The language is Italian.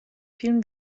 film